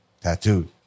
tattooed